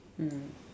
mm